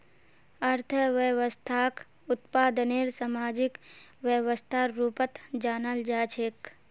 अर्थव्यवस्थाक उत्पादनेर सामाजिक व्यवस्थार रूपत जानाल जा छेक